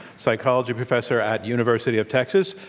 psychology professor at university of texas,